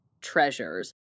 treasures